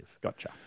Gotcha